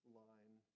line